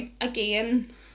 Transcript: again